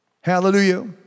Hallelujah